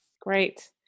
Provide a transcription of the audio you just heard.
Great